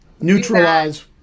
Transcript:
neutralize